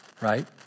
right